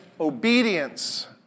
obedience